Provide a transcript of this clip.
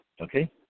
Okay